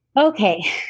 Okay